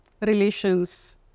relations